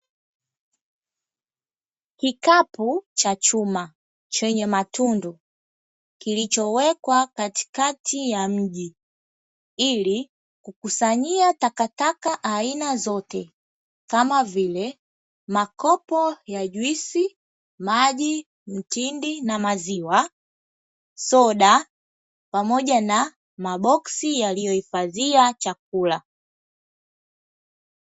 Kikapu cha chuma chenye matundu kilichowekwa katikati ya mji ili kukusanyia takataka aina zote kama vile makopo ya juisi, maji, mtindi na maziwa ,soda pamoja na maboksi yaliyohifadhia chakula.